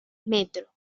metro